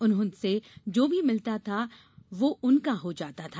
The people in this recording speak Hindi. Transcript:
उनसे जो भी मिलता था वह उनका हो जाता था